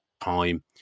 time